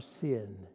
sin